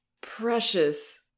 precious